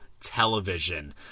Television